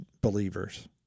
believers